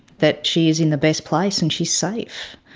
that she is in the best place and she's safe.